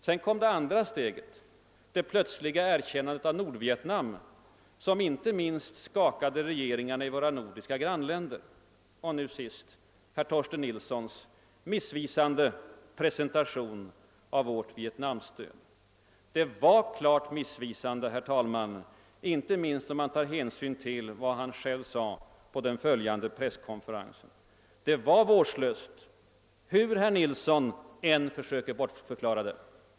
Sedan kom det andra steget, det plötsliga erkännandet av Nordvietnam som inte minst skakade regeringarna i våra nordiska grannländer och nu sist herr Torsten Nilssons missvisande presentation av vårt Vietnamstöd. Den var klart missvisande, herr talman, inte minst om man tar hänsyn till vad utrikesministern själv sade på den följande presskonferensen. Det var vårdslöst, hur herr Nilsson än försöker bortförklara det.